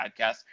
podcast